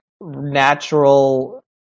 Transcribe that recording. natural